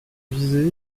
visée